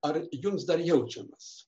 ar jums dar jaučiamas